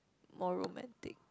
more romantic